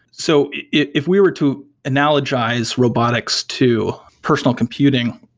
so if we were to analogize robotics to personal computing,